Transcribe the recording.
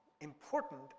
important